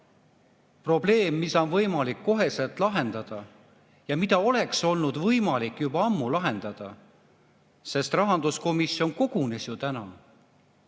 probleem, mida on võimalik kohe lahendada ja mida oleks olnud võimalik juba ammu lahendada, sest rahanduskomisjon kogunes ju täna.